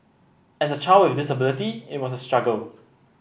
as a child with disability it was a struggle